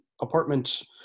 apartment